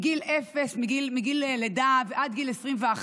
מגיל אפס, מגיל לידה, עד גיל 21,